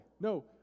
No